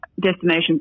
destination